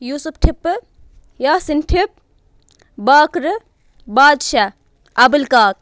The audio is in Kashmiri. یوٗسُف ٹھِپہٕ یاسین ٹھِپ باقرٕ بادشاہ اَبٕلۍ کاک